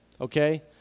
okay